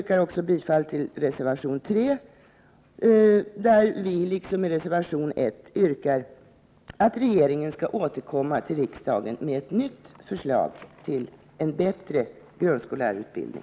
Jag yrkar bifall till reservation 3, där vi, liksom i reservation 1, yrkar att regeringen skall återkomma till riksdagen med ett nytt förslag till en bättre grundskollärarutbildning.